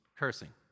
cursing